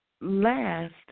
last